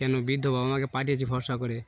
কেন বৃদ্ধ বাবা মাকে পাঠিয়েছে ভরসা করে